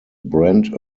brent